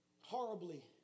horribly